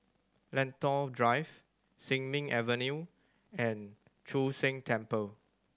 Lentor Drive Sin Ming Avenue and Chu Sheng Temple